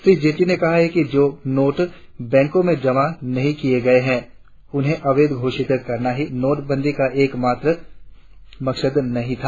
श्री जेटली ने कहा कि जो नोट बैंको में जमा नहीं किये गये है उन्हें अवैध घोषित करना ही नोटबंदी का एकमात्र मकसद नहीं था